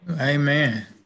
amen